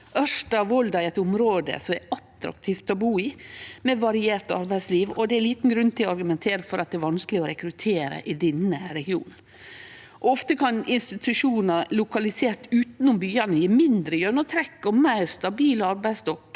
Ørsta–Volda er eit område som det er attraktivt å bu i og har variert arbeidsliv, og det er liten grunn til å argumentere for at det er vanskeleg å rekruttere i denne regionen. Ofte kan institusjonar lokaliserte utanom byane gje mindre gjennomtrekk og meir stabil arbeidsstokk,